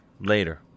later